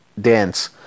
dance